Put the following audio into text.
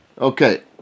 Okay